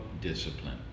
discipline